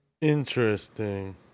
interesting